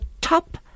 top